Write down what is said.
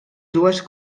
dues